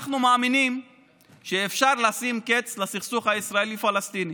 אנחנו מאמינים שאפשר לשים קץ לסכסוך הישראלי פלסטיני.